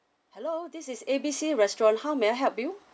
hello this is A B C restaurant how may I help you